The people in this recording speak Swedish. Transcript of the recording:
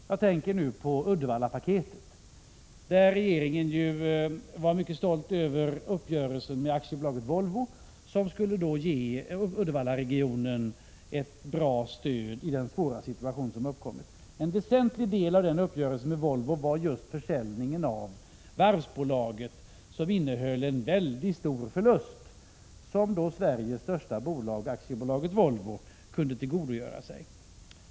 Jag tänker här på Uddevallapaketet. Regeringen var i det fallet mycket stolt över uppgörelsen med AB Volvo, som skulle ge Uddevallaregionen ett bra stöd i den svåra situation som uppkommit. En väsentlig del av den uppgörelsen med Volvo var just försäljningen av varvsbolaget, som innehöll en mycket stor förlust, vilken Sveriges största bolag, AB Volvo, således kunde tillgodogöra sig.